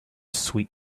sweet